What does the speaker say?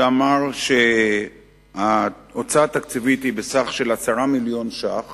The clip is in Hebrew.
שאמר שההוצאה התקציבית היא בסך 10 מיליוני ש"ח